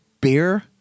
beer